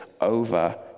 over